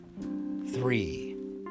three